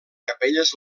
capelles